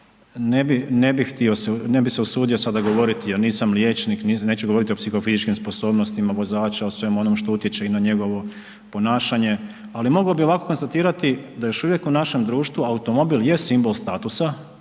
ne bi usudio sada govoriti jer nisam liječnik, neću govoriti o psihofizičkim sposobnostima vozača, o svemu onom što utječe i na njegovo ponašanje, ali bi mogo bi ovako konstatirati da još uvijek u našem društvu automobil je simbol status,